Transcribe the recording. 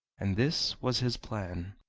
and this was his plan